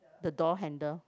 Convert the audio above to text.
the door handle